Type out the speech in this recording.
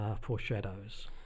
foreshadows